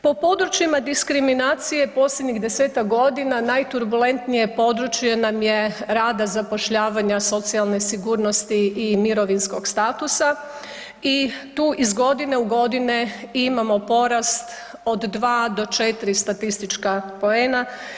Po područjima diskriminacije posljednjih 10-tak godina najturbulentnije područje nam je rada, zapošljavanja, socijalne sigurnosti i mirovinskog statusa i tu iz godine u godine imamo porast od 2 do 4 statistička poena.